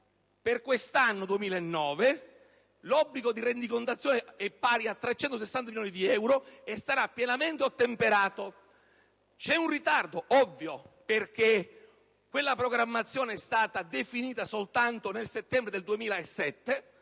Per l'anno 2009, l'obbligo di rendicontazione è pari a 360 milioni di euro e sarà pienamente ottemperato. C'è un ritardo, è ovvio, perché quella programmazione è stata definita soltanto nel settembre 2007.